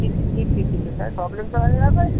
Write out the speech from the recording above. ठीक ठीक ठीक ठीक आहे काय प्रॉब्लेम तर काय येणार नाही